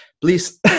Please